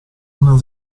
una